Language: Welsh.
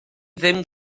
ddim